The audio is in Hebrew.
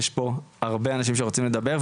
יש פה הרבה אנשים שרוצים לדבר,